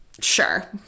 sure